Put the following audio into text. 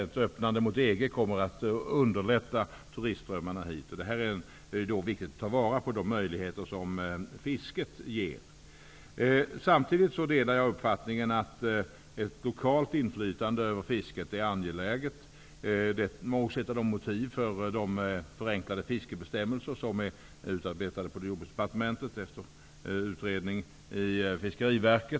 Ett öppnande mot EG kommer att underlätta turistströmmarna hit. Då är det viktigt att ta vara på de möjligheter som fisket ger. Samtidigt delar jag uppfattningen att ett lokalt inflytande över fisket är angeläget. Det är också ett motiv för de förenklade fiskebestämmelser som är utarbetade på Jordbruksdepartementet efter utredning i Fiskeriverket.